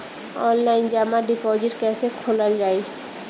Online जमा deposit कैसे खोलल जाइ?